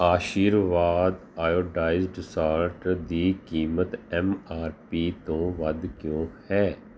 ਆਸ਼ੀਰਵਾਦ iodized salt ਦੀ ਕੀਮਤ M R P ਤੋਂ ਵੱਧ ਕਿਉਂ ਹੈ